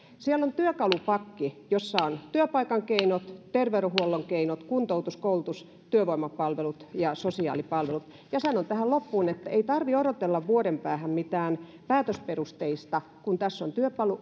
siellä on työkalupakki jossa on työpaikan keinot terveydenhuollon keinot kuntoutus koulutus työvoimapalvelut ja sosiaalipalvelut ja sanon tähän loppuun että ei tarvitse odotella vuoden päähän mitään päätösperusteista kun tässä on